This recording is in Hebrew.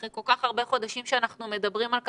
אחרי כל כך הרבה חודשים שאנחנו מדברים על כך,